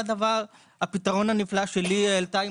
הפתרון הנפלא שליהי העלתה,